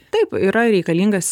taip yra reikalingas